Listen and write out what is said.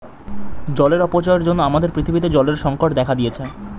জলের অপচয়ের জন্য আমাদের পৃথিবীতে জলের সংকট দেখা দিয়েছে